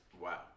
Wow